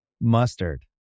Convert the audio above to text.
mustard